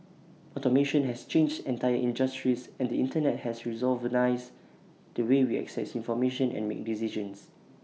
automation has changed entire industries and the Internet has revolutionised the way we access information and make decisions